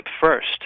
first